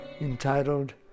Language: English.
entitled